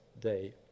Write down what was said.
day